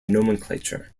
nomenclature